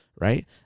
Right